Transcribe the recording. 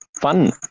Fun